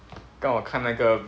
刚刚我看那个